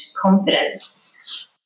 confidence